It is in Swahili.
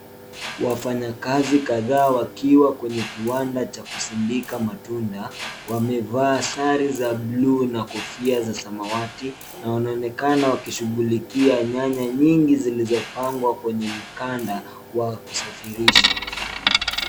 Wafanyakazi kadhaa wakiwa kwenye kiwanda cha kusindika matunda. Wamevaa sare za blue , na kofia za samawati, na wanaonekana wakishughulikia nyanya nyingi zilizopangwa kwenye mkanda wa kusafirisha.